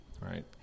right